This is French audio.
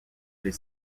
des